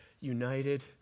united